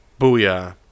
Booyah